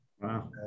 Wow